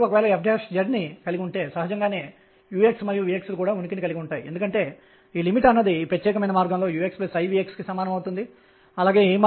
కాబట్టి దీని ద్వారా ఎనర్జీ En ఇవ్వబడుతుంది ఇది బోర్ సమాధానంEn 13